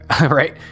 right